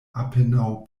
apenaŭ